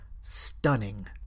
stunning